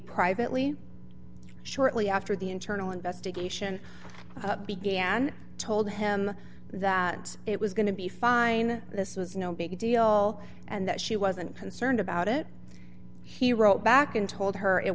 privately shortly after the internal investigation began told him that it was going to be fine this was no big deal and that she wasn't concerned about it he wrote back and told her it